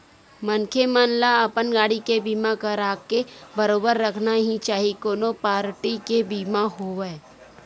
मनखे मन ल अपन गाड़ी के बीमा कराके बरोबर रखना ही चाही कोनो पारटी के बीमा होवय